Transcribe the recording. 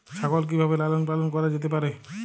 ছাগল কি ভাবে লালন পালন করা যেতে পারে?